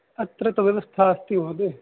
अत्र तु व्यवस्था अस्ति महोदय